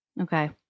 okay